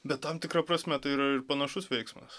bet tam tikra prasme tai yra ir panašus veiksmas